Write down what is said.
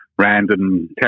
random